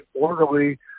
orderly